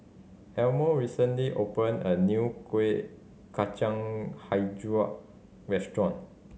Elmo recently opened a new Kuih Kacang Hijau restaurant